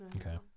Okay